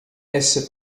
esse